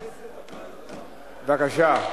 בבקשה.